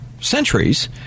centuries